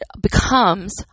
becomes